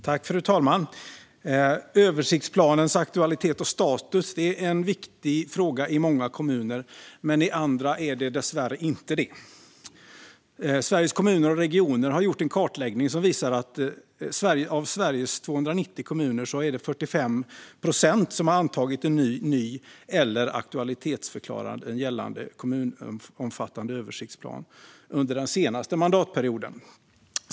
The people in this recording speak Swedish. Fru talman! Översiktsplanernas aktualitet och status är en viktig fråga i många kommuner, men i andra är den dessvärre inte det. Sveriges Kommuner och Regioner har gjort en kartläggning som visar att av Sveriges 290 kommuner har 45 procent antagit en ny eller aktualitetsförklarat en gällande kommunomfattande översiktsplan under den senaste mandatperioden.